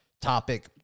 topic